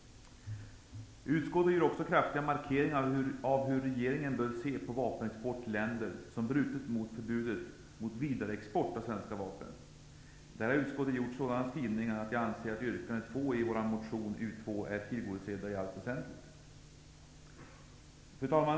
Utskottet gör också kraftiga markeringar av hur regeringen bör se på vapenexport till länder som brutit mot förbudet för vidareexport av svenska vapen. Där har utskottet gjort sådana skrivningar att jag anser att yrkande 2 i vår motion U2 är tillgodosett i allt väsentligt. Fru talman!